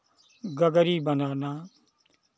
गगरी बनाना